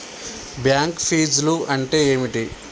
Bank ఫీజ్లు అంటే ఏమిటి?